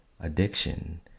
addiction